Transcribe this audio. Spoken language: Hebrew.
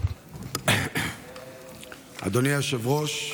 אדוני היושב-ראש,